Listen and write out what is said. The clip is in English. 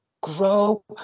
grow